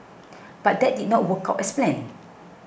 but that did not work out as planned